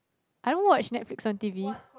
I don't watch Netflix on t_v